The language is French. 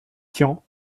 tian